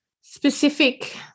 specific